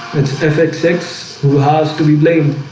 fxx fxx who has to be blamed